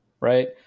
right